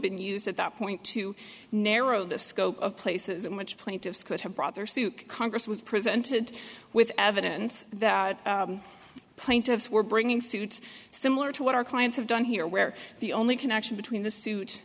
been used at that point to narrow the scope of places in which plaintiffs could have brought their suit congress was presented with evidence that plaintiffs were bringing suit similar to what our clients have done here where the only connection between the suit